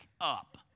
up